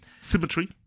Symmetry